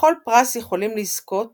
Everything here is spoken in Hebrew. בכל פרס יכולים לזכות